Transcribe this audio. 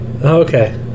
Okay